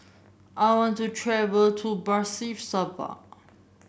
I want to travel to Bratislava